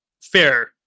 fair